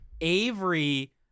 Avery